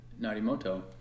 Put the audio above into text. Narimoto